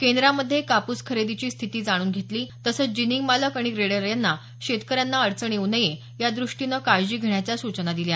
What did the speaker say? केंद्रामध्ये कापू खरेदीची स्थिती जाणून घेतली तसंच जिनिंग मालक आणि ग्रेडर यांना शेतकऱ्यांना अडचण येऊ नये यादृष्टीने काळजी घेण्याच्या सूचना दिल्या